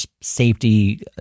safety